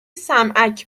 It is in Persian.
سمعک